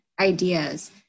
ideas